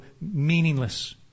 meaningless